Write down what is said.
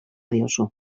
diozu